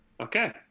Okay